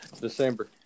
december